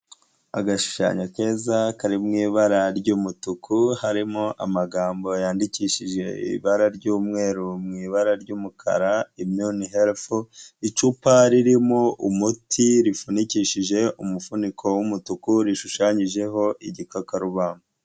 Agashushanyo keza, kari mu ibara ry'umutuku, harimo amagambo yandikishije ibara ry'umweru mu ibara ry'umukara immune health, icupa ririmo umuti rifunikishije umufuniko w'umutuku, rishushanyijeho igikakarubamba.